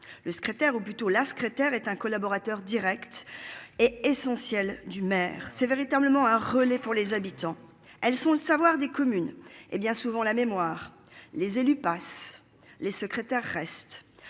le secrétaire ou plutôt la secrétaire est un collaborateur Direct et et son ciel du maire, c'est véritablement un relais pour les habitants. Elles sont le savoir des communes et bien souvent la mémoire. Les élus passent les secrétaires reste